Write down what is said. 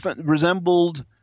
resembled